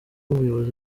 ubuyobozi